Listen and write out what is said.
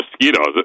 mosquitoes